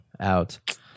out